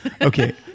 Okay